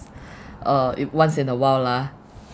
uh it once in a while lah